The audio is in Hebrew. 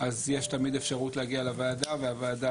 אז יש תמיד אפשרות להגיע לוועדה והוועדה